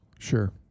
sure